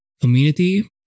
community